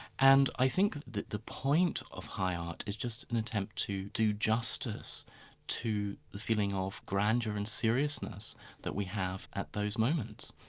and i think that the point of high art is just an attempt to do justice to the feeling of grandeur and seriousness that we have at those moments,